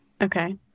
Okay